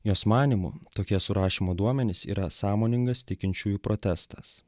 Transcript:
jos manymu tokie surašymo duomenys yra sąmoningas tikinčiųjų protestas